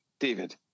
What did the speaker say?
David